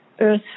earth